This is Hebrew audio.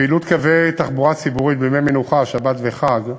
פעילות קווי תחבורה ציבורית בימי מנוחה, שבת וחג,